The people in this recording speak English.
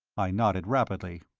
i nodded rapidly.